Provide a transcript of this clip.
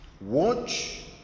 Watch